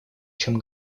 чем